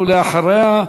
ואחריה,